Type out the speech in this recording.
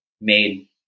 made